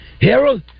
Harold